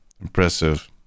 impressive